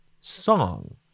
song